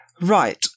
right